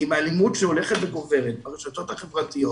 עם אלימות שהולכת וגוברת ברשתות החברתיות